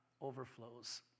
overflows